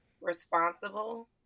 responsible